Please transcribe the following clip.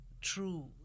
true